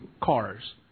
cars